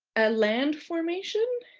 a land formation,